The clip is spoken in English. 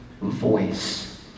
voice